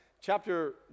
chapter